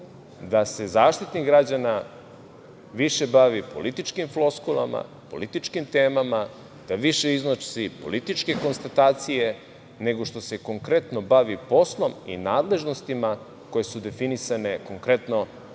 da se Zaštitnik građana više bavi političkim floskulama, političkim temama, da više iznosi političke konstatacije nego što se konkretno bavi poslom i nadležnostima koje su definisane konkretno